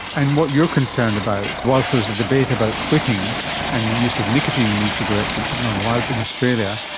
and what you're concerned about, whilst there's a debate about quitting and the use of nicotine in ecigarettes which is not allowed in australia,